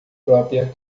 própria